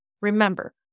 Remember